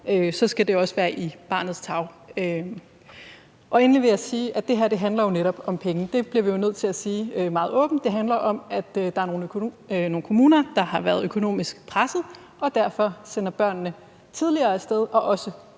skal det også være i barnets tarv. Endelig vil jeg sige, at det her netop handler om penge. Det bliver vi nødt til at sige meget åbent. Det handler om, at der er nogle kommuner, der har været økonomisk presset og derfor sender børnene tidligere af sted og også